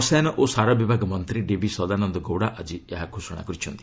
ରସାୟନ ଓ ସାର ବିଭାଗ ମନ୍ତ୍ରୀ ଡିଭି ସଦାନନ୍ଦ ଗୌଡ଼ା ଆକି ଏହି ଘୋଷଣା କରିଛନ୍ତି